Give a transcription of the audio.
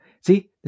see